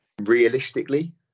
realistically